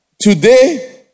today